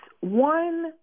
One